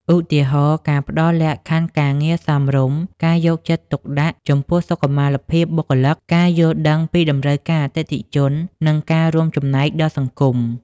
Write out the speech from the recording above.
ឧទាហរណ៍ ការផ្ដល់លក្ខខណ្ឌការងារសមរម្យ ការយកចិត្តទុកដាក់ចំពោះសុខុមាលភាពបុគ្គលិក ការយល់ដឹងពីតម្រូវការអតិថិជន និងការរួមចំណែកដល់សង្គម។